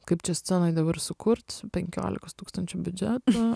kaip čia scenoj dabar sukurt su penkiolikos tūkstančių biudžetu